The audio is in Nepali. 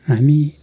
हामी